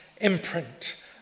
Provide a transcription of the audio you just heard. imprint